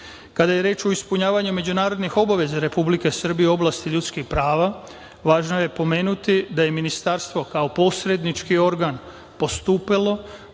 UN.Kada je reč o ispunjavanju međunarodnih obaveza Republike Srbije u oblasti ljudskih prava, važno je pomenuti da je Ministarstvo kao posrednički organ postupalo